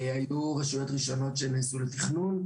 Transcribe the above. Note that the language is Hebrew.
היו רשויות ראשונות שנעשו לתכנון.